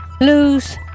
Lose